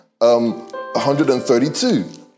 132